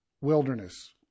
wilderness